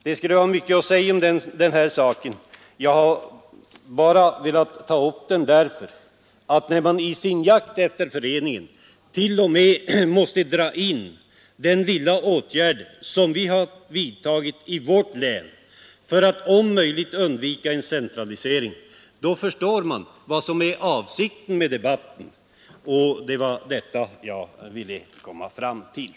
Det skulle vara mycket att säga om den här saken, men när man i sin jakt efter föreningsrörelsen t.o.m. måste dra in i resonemanget den lilla åtgärd som vi har vidtagit i vårt län för att om möjligt undvika en centralisering, då står det klart vad som är avsikten, och det var detta jag ville komma fram till.